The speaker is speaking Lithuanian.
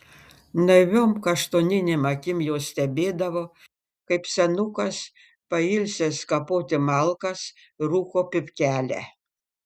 naiviom kaštoninėm akim jos stebėdavo kaip senukas pailsęs kapoti malkas rūko pypkelę